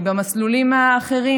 במסלולים האחרים,